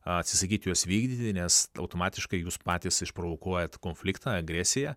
atsisakyti juos vykdyti nes automatiškai jūs patys išprovokuojat konfliktą agresiją